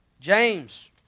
James